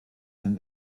and